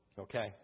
Okay